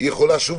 זה יכול לסייע.